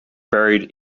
buried